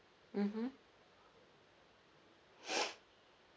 mmhmm